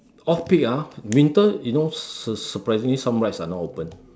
off peak ah winter you know sur~ surprisingly some rides are not open